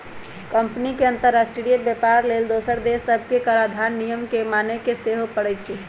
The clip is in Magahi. कंपनी के अंतरराष्ट्रीय व्यापार लेल दोसर देश सभके कराधान नियम के माने के सेहो परै छै